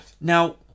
Now